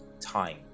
time